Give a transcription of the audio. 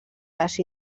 les